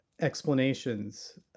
explanations